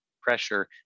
pressure